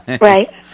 Right